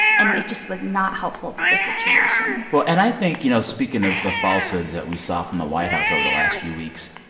and it just was not helpful to the situation well, and i think, you know, speaking of the falsehoods that we saw from the white house over the last few weeks,